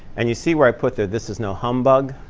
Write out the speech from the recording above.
and you see where i put there, this is no humbug.